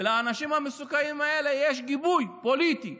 ולאנשים המסוכנים האלה יש גיבוי פוליטי,